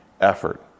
effort